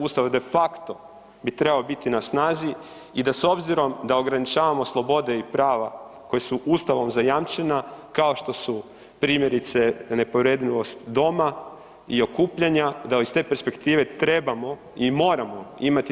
Ustava de facto bi treba biti na snazi i da s obzirom da ograničavamo slobode i prava koje su Ustavom zajamčena kao što su primjerice nepovredljivost doma i okupljanja da iz te perspektive trebamo i moramo imati 2/